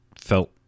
felt